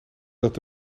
dat